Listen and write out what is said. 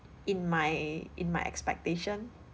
in my in my expectation